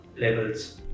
levels